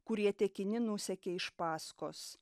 kurie tekini nusekė iš paskos